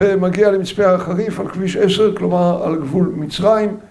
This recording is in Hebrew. ‫ומגיע למצפה הר חריף על כביש 10, ‫כלומר על גבול מצרים.